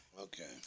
okay